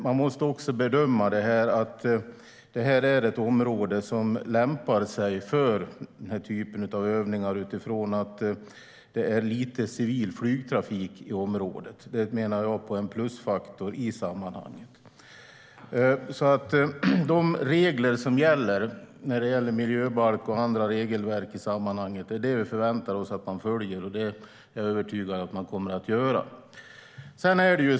Man måste även bedöma det faktum att detta är ett område som lämpar sig för den här typen av övningar utifrån att det är lite civil flygtrafik i området. Det menar jag är en plusfaktor i sammanhanget. De regler som gäller, som miljöbalken och andra regelverk i sammanhanget, förväntar vi oss alltså att man följer. Jag är också övertygad om att man kommer att göra det.